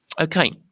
Okay